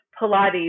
Pilates